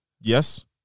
Yes